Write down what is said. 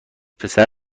پسر